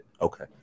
Okay